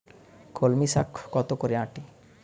কলমি শাখ কত করে আঁটি?